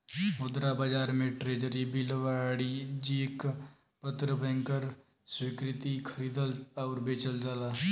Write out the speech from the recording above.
मुद्रा बाजार में ट्रेज़री बिल वाणिज्यिक पत्र बैंकर स्वीकृति खरीदल आउर बेचल जाला